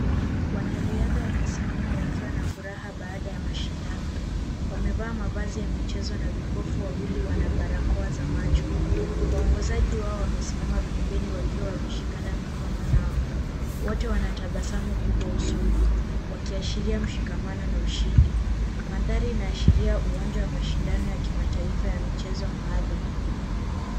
Wanariadha wamesimama wakiwa na furaha baada ya mashindano, wamevaa mavazi ya michezo na vipofu wawili wana barakoa za macho, waongozaji wao wamesimama pembeni wakiwa wameshikana mikono nao, wote wana tabasamu kubwa usoni, wakiashiria mshikamano na ushindi, mandhari inaashiria uwanja wa mashindano ya kimataifa ya michezo maalum.